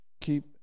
keep